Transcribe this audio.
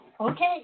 okay